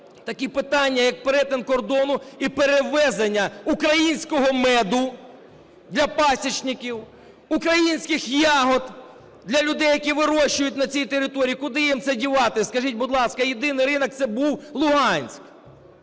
такі питання, як перетин кордону і перевезення українського меду для пасічників, українських ягід, для людей, які вирощують на цій території. Куди їм це дівати, скажіть, будь ласка? Єдиний ринок – це був Луганськ.